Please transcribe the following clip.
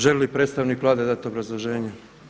Želi li predstavnik Vlade dati obrazloženje?